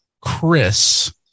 Chris